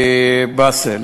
באסל,